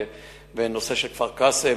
והנושא של כפר-קאסם,